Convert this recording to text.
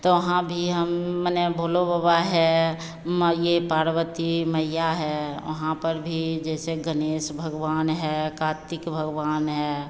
तो वहाँ भी हम माने भोलो बाबा है माँ यह पार्वती मइया है वहाँ पर भी जैसे गणेश भगवान हैं कातिक भगवान हैं